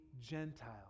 Gentile